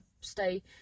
stay